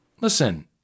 listen